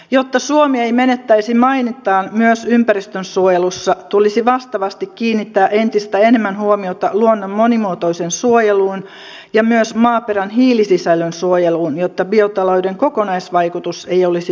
jotta suomi ei menettäisi mainettaan myös ympäristönsuojelussa tulisi vastaavasti kiinnittää entistä enemmän huomiota luonnon monimuotoiseen suojeluun ja myös maaperän hiilisisällön suojeluun jotta biotalouden kokonaisvaikutus ei olisi tuhoisa